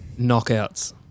Knockouts